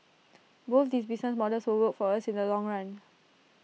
both these business models will work for us in the long run